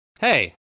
Hey